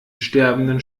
sterbenden